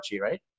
right